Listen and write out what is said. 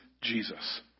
Jesus